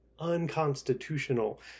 unconstitutional